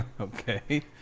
Okay